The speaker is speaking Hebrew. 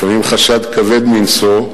לפעמים חשד כבד מנשוא,